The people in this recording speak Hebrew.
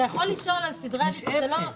אתה יכול לשאול על סדרי עדיפויות.